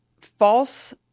false